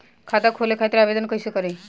खाता खोले खातिर आवेदन कइसे करी?